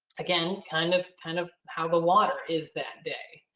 again, kind of kind of how the water is that day.